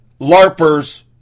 LARPers